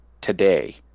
today